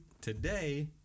today